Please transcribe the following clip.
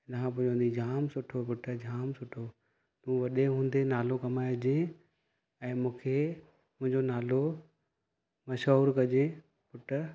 इन खां पोइ चवंदी हुई जाम सुठो पुटु जाम सुठो तूं वॾे हूंदे नालो कमाइजे ऐं मूंखे मुंहिंजो नालो मशहूरु कजे पुटु